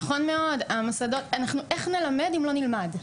נכון מאוד, איך נלמד אם לא נלמד,